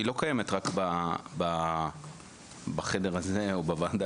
זאת לא תרבות שקיימת רק בחדר הזה או בוועדה